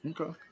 Okay